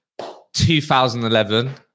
2011